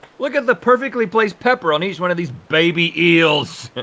look at the perfectly placed pepper on each one of these baby eels.